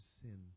sin